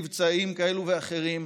מבצעיים כאלה או אחרים,